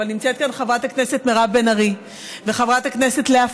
אבל נמצאות כאן חברת הכנסת מירב בן ארי וחברת הכנסת לאה